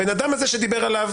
הבן אדם הזה שדיבר עליו